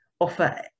offer